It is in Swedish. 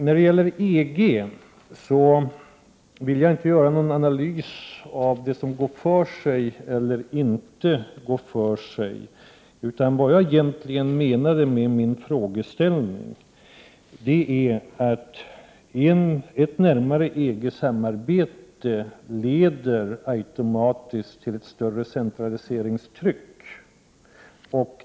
När det gäller EG vill jag inte försöka göra någon analys av vad som går för sig eller inte, utan jag menar att ett närmare EG-samarbete automatiskt leder till större centraliseringstryck.